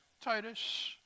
Titus